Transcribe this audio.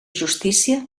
justícia